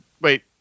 Wait